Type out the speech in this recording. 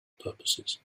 purposes